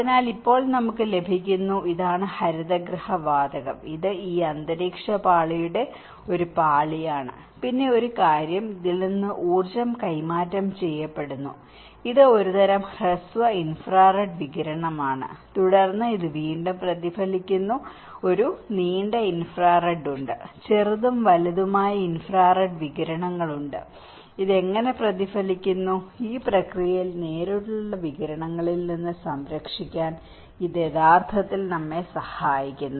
അതിനാൽ ഇപ്പോൾ നമുക്ക് ലഭിക്കുന്നു ഇതാണ് ഹരിതഗൃഹ വാതകം ഇത് ഈ അന്തരീക്ഷ പാളിയുടെ ഒരു പാളിയാണ് പിന്നെ ഒരു കാര്യം ഇതിൽ നിന്ന് ഊർജ്ജം കൈമാറ്റം ചെയ്യപ്പെടുന്നു ഇത് ഒരു തരം ഹ്രസ്വ ഇൻഫ്രാറെഡ് വികിരണമാണ് തുടർന്ന് ഇത് വീണ്ടും പ്രതിഫലിക്കുന്നു ഒരു നീണ്ട ഇൻഫ്രാറെഡ് ഉണ്ട് ചെറുതും വലുതുമായ ഇൻഫ്രാറെഡ് വികിരണങ്ങൾ ഉണ്ട് അത് എങ്ങനെ പ്രതിഫലിക്കുന്നു ഈ പ്രക്രിയയിൽ നേരിട്ടുള്ള വികിരണങ്ങളിൽ നിന്ന് സംരക്ഷിക്കാൻ ഇത് യഥാർത്ഥത്തിൽ നമ്മെ സഹായിക്കുന്നു